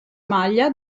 maglia